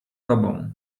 tobą